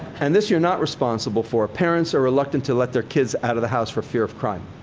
and this you're not responsible for parents are reluctant to let their kids out of the house for fear of crime.